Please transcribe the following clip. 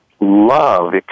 love